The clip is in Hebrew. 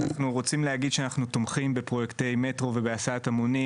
אנחנו רוצים להגיד שאנחנו תומכים בפרויקטי מטרו ובהסעת המונים,